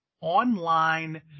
online